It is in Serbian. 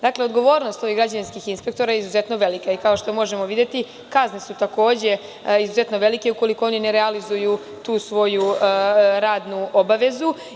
Dakle, odgovornost ovih građevinskih inspektora je izuzetno velika i, kao što možemo videti, kazne su takođe izuzetno velike ukoliko oni ne realizuju tu svoju radnu obavezu.